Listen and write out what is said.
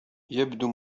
يبدو